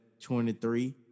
23